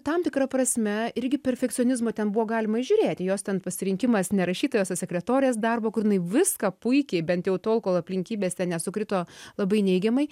tam tikra prasme irgi perfekcionizmo ten buvo galima įžiūrėti jos ten pasirinkimas ne rašytojos o sekretorės darbo kur viską puikiai bent jau tol kol aplinkybės nesukrito labai neigiamai